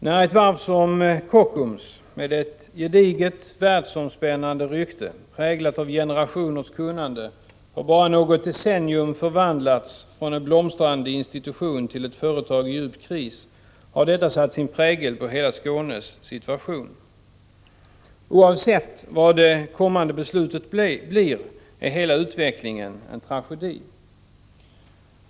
När ett varv som Kockums — med ett gediget, världsomspännande rykte, präglat av generationers kunnande — på bara något decennium förvandiats från en blomstrande institution till ett företag i djup kris har detta satt sin prägel på hela Skånes situation. Oavsett vilket det kommande beslutet blir är hela avvecklingen en tragedi.